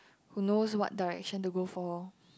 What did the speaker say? who knows what direction to go for